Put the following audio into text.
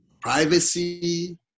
privacy